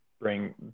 bring